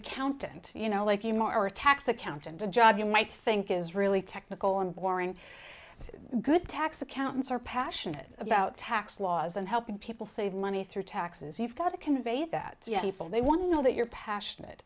accountant you know like you more a tax accountant a job you might think is really technical and boring good tax accountants are passionate about tax laws and helping people save money through taxes you've got to convey that they want to know that you're passionate